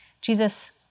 Jesus